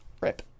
Rip